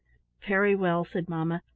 very well, said mamma,